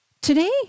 Today